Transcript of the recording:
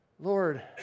Lord